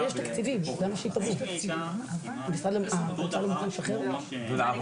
(הישיבה נפסקה בשעה 12:15 ונתחדשה